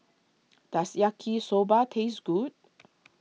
does Yaki Soba taste good